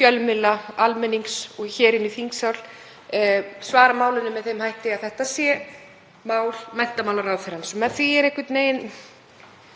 fjölmiðla, almennings og hér inni í þingsal með þeim hætti að þetta sé mál menntamálaráðherrans.